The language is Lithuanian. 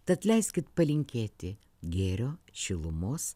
tad leiskit palinkėti gėrio šilumos